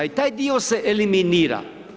I taj dio se eliminira.